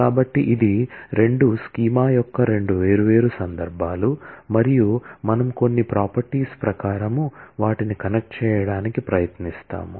కాబట్టి ఇది రెండు స్కీమా యొక్క రెండు వేర్వేరు సందర్భాలు మరియు మనం కొన్ని ప్రాపర్టీస్ ప్రకారం వాటిని కనెక్ట్ చేయడానికి ప్రయత్నిస్తాము